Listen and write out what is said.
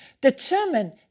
Determine